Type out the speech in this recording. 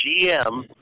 GM